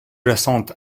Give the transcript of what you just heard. jacente